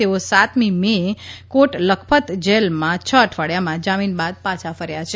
તેઓ સાતમી મે એ કોટ લખપત જેલમાં છ અઠવાડિયામાં જામીન બાદ પાછા ફર્યા છે